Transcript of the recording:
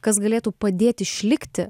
kas galėtų padėti išlikti